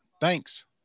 Thanks